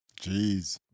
Jeez